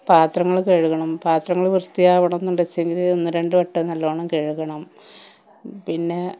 പാത്രങ്ങൾ കഴുകണം പാത്രങ്ങൾ വൃത്തിയാവണം എന്നുണ്ടെങ്കിൽ ഒന്ന് രണ്ട് വട്ടം നല്ലോണം കഴുകണം പിന്നെ